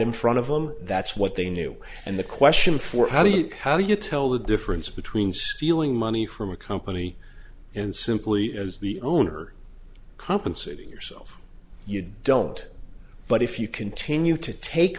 in front of them that's what they knew and the question for how do you how do you tell the difference between stealing money from a company and simply as the owner compensating yourself you don't but if you continue to take